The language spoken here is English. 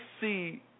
see